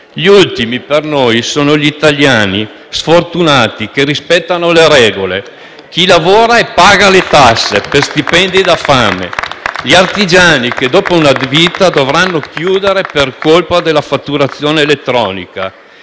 Gli ultimi per noi sono gli italiani sfortunati che rispettano le regole. *(Applausi dal Gruppo FdI)*. Chi lavora e paga le tasse per stipendi da fame, gli artigiani che dopo una vita dovranno chiudere per colpa della fatturazione elettronica,